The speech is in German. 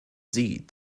sie